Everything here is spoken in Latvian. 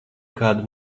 kādu